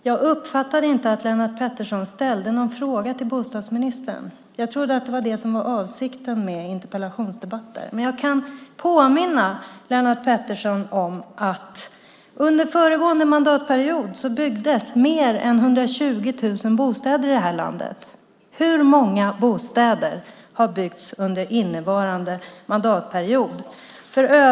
Jag uppfattade inte att Lennart Pettersson ställde någon fråga till bostadsministern. Jag trodde att det var avsikten med interpellationsdebatter. Men jag kan påminna Lennart Pettersson om att under föregående mandatperiod byggdes mer än 120 000 bostäder i det här landet. Hur många bostäder har byggts under innevarande mandatperiod?